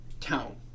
Town